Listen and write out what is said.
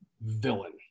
villain